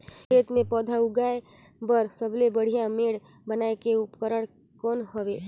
खेत मे पौधा उगाया बर सबले बढ़िया मेड़ बनाय के उपकरण कौन हवे?